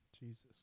Jesus